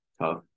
tough